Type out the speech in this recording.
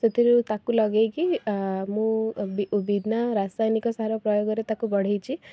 ସେଥିରୁ ତାକୁ ଲଗାଇକି ଆ ମୁଁ ବିନା ରାସାୟନିକସାର ପ୍ରଯୋଗରେ ତାକୁ ବଢ଼େଇଛି